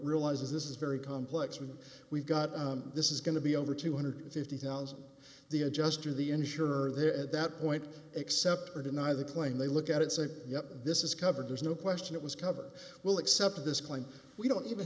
realizes this is very complex when we've got this is going to be over two hundred and fifty thousand the adjuster the insurer there at that point except or deny the claim they look at and say yep this is covered there's no question it was covered we'll accept this claim we don't even